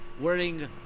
wearing